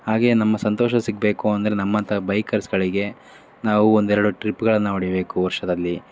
ಹಾಗೇ ನಮ್ಮ ಸಂತೋಷ ಸಿಗಬೇಕು ಅಂದ್ರೆ ನಮ್ಮಂಥ ಬೈಕರ್ಸ್ಗಳಿಗೆ ನಾವು ಒಂದೆರಡು ಟ್ರಿಪ್ಗಳನ್ನು ಹೊಡೀಬೇಕು ವರ್ಷದಲ್ಲಿ